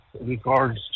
regards